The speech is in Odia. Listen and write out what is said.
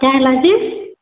କାଏଁ ହେଲା ଯେ